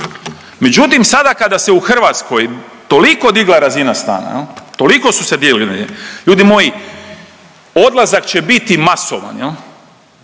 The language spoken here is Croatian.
Međutim, sada kada se u Hrvatskoj toliko digla razina stana jel, toliko su se digli, ljudi moji odlazak će biti masovan